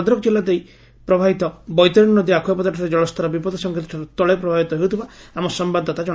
ଭଦ୍ରକ ଜିଲ୍ଲା ଦେଇ ପ୍ରବାହିତ ବୈତରଣୀ ନଦୀ ଆଖୁଆପଦାଠାରେ ଜଳସ୍ତର ବିପଦ ସଂକେତ ଠାରୁ ତଳେ ପ୍ରବାହିତ ହେଉଥିବା ଆମ ସମ୍ଭାଦଦାତା ଜଣାଇଛନ୍ତି